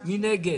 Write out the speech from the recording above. מי נגד?